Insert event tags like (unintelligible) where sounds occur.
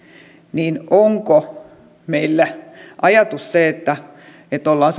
niin onko meillä ajatus se että että ollaan (unintelligible)